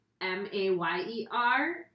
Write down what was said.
M-A-Y-E-R